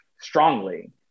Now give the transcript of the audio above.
strongly